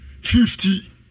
fifty